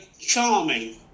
charming